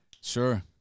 Sure